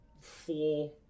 four